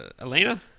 Elena